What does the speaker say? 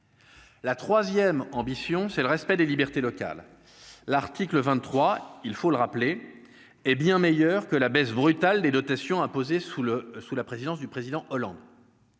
la 3ème ambition c'est le respect des libertés locales, l'article 23 il faut le rappeler est bien meilleure que la baisse brutale des dotations imposées sous le sous la présidence du président Hollande